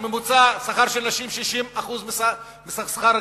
בממוצע שכר של נשים הוא 60% משכר הגברים.